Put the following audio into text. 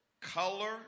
Color